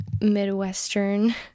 Midwestern